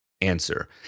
answer